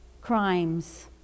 crimes